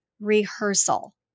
rehearsal